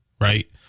right